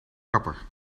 kapper